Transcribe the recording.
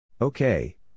okay